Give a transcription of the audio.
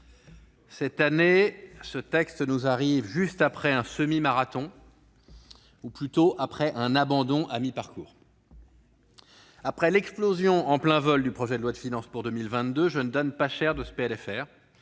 Cette année, ce texte nous arrive après un semi-marathon, ou plutôt après un abandon à mi-parcours. À la suite de l'explosion en plein vol du projet de loi de finances pour 2022, je ne donne pas cher du présent